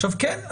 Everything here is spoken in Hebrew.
עכשיו כן,